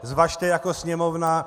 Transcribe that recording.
Zvažte jako Sněmovna.